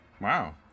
Wow